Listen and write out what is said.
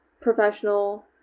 professional